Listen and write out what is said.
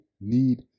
need